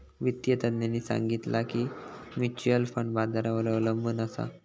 वित्तिय तज्ञांनी सांगितला की म्युच्युअल फंड बाजारावर अबलंबून असता